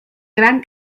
gran